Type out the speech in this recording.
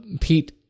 Pete